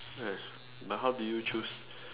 yes but how do you choose